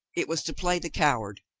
it was to play the coward,